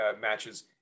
matches